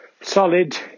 solid